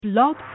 Blog